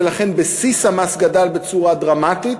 ולכן בסיס המס גדל בצורה דרמטית,